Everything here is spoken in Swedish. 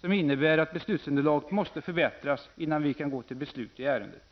som innebär att beslutsunderlaget måste förbättras innan vi kan gå till beslut i ärendet.